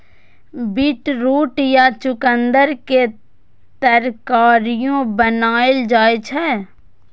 beetroot या चुकंदर के तरकारियो बनाएल जाइ छै